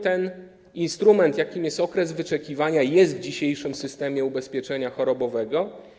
Ten instrument, jakim jest okres wyczekiwana, jest w dzisiejszym systemie ubezpieczenia chorobowego.